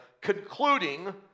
concluding